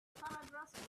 paragraphs